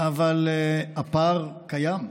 אבל הפער קיים,